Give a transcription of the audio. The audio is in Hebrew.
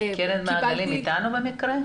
קרן מעגלים איתנו במקרה?